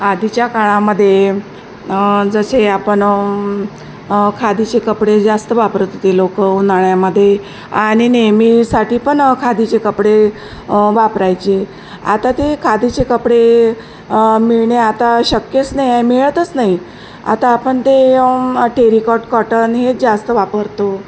आधीच्या काळामध्ये जसे आपण खादीचे कपडे जास्त वापरत होते लोकं उन्हाळ्यामध्ये आणि नेहमीसाठी पण खादीचे कपडे वापरायचे आता ते खादीचे कपडे मिळणे आता शक्यच नाही आहे मिळतच नाही आता आपण ते टेरिकॉट कॉटन हेच जास्त वापरतो